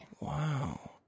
Wow